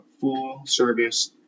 full-service